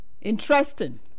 Interesting